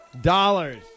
Dollars